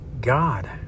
God